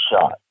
shot